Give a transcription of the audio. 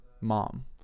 mom